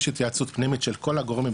יש התייעצות פנימית של כל הגורמים,